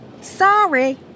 Sorry